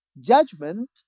judgment